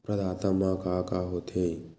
प्रदाता मा का का हो थे?